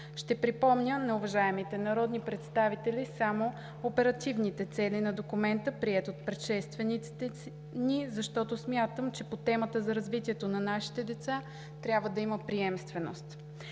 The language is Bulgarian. Ще припомня на уважаемите народни представители само оперативните цели на документа, приет от предшествениците ни, защото смятам, че по темата за развитието на нашите деца трябва да има приемственост.